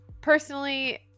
Personally